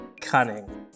Cunning